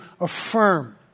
affirm